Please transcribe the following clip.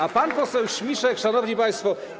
A pan poseł Śmiszek, szanowni państwo.